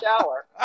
shower